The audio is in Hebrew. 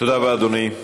תודה רבה, אדוני.